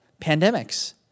pandemics